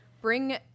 bring